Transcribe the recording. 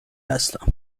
هستم